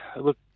look